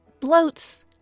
Bloats